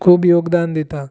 खूब योगदान दिता